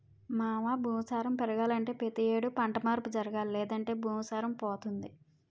మావా భూమి సారం పెరగాలంటే పతి యేడు పంట మార్పు జరగాలి లేదంటే భూమి సారం పోతుంది